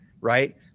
right